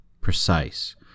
precise